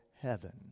heaven